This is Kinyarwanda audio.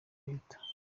leta